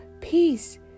Peace